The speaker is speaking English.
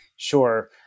Sure